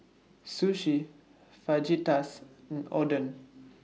Sushi Fajitas and Oden